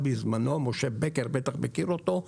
משה בקר בטח מכיר אותו,